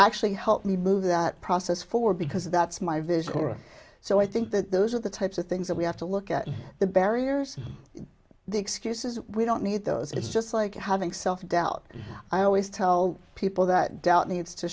actually help me move that process forward because that's my vision or so i think that those are the types of things that we have to look at the barriers the excuses we don't need those it's just like having self doubt i always tell people that doubt needs to